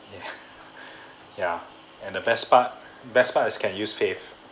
yeah yeah and the best part best part is can use fave